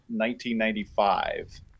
1995